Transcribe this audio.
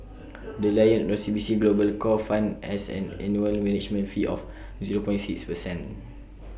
the lion O C B C global core fund has an annual management fee of zero point six percent